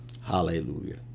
Hallelujah